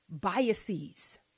biases